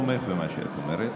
תומך במה שאת אומרת.